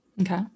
Okay